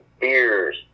beers